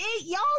y'all